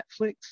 Netflix